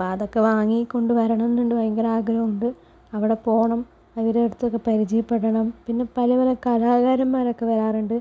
അപ്പോൾ അതൊക്കെ വാങ്ങി കൊണ്ട് വരണമെന്നുണ്ട് ഭയങ്കരാഗ്രഹമുണ്ട് അവിടെ പോകണം അവരെയടുത്തൊക്കെ പരിചയപ്പെടണം പിന്നെ പല പല കലാകാരന്മാരൊക്കെ വരാറുണ്ട്